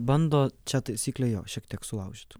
bando čia taisyklė jo šiek tiek sulaužyt